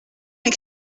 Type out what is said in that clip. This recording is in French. mes